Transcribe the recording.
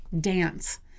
dance